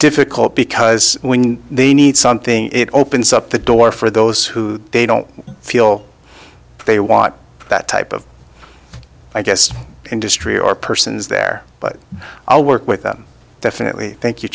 difficult because when they need something it opens up the door for those who they don't feel they want that type of i guess the industry or persons there but i'll work with that definitely thank you